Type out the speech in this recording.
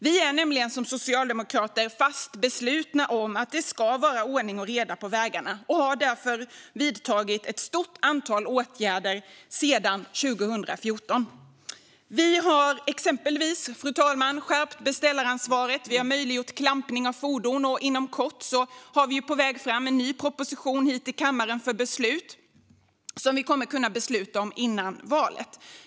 Vi är nämligen som socialdemokrater fast beslutna om att det ska vara ordning och reda på vägarna och har därför vidtagit ett stort antal åtgärder sedan 2014. Vi har exempelvis, fru talman, skärpt beställaransvaret och möjliggjort klampning av fordon. Inom kort har vi en ny proposition på väg fram hit till kammaren, som vi kommer att kunna besluta om innan valet.